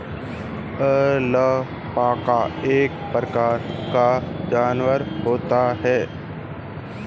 alpaca एक प्रकार का जानवर होता है